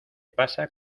pasa